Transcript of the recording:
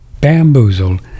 bamboozled